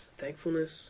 thankfulness